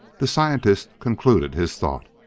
the scientist concluded his thought